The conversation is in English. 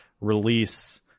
release